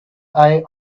eye